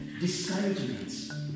discouragements